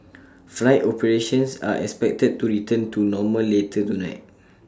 flight operations are expected to return to normal later tonight